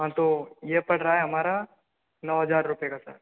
हाँ तो ये पड़ रहा है हमारा नौ हजार रुपए का सर